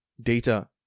Data